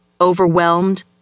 overwhelmed